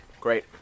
Great